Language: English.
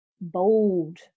bold